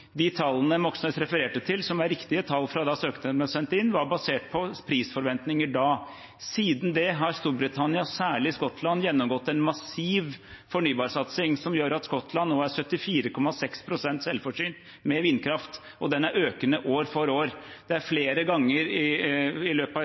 Tallene Moxnes refererte til, som var riktige tall da søknaden ble sendt inn, var basert på prisforventninger da. Siden den gang har Storbritannia, særlig Skottland, gjennomgått en massiv fornybarsatsing, noe som gjør at Skottland nå er 74,6 pst. selvforsynt med vindkraft, og det øker år for år. Det er